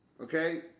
Okay